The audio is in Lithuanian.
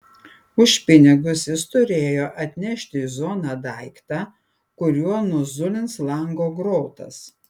už pinigus jis turėjo atnešti į zoną daiktą kuriuo nuzulins lango grotas